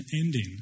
ending